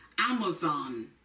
Amazon